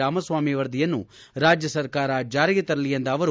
ರಾಮಸ್ವಾಮಿ ವರದಿಯನ್ನು ರಾಜ್ಯ ಸರ್ಕಾರ ಜಾರಿಗೆ ತರಲಿ ಎಂದ ಅವರು